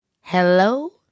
Hello